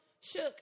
shook